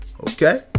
okay